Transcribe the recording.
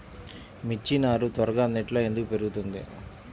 మిర్చి నారు త్వరగా నెట్లో ఎందుకు పెరుగుతుంది?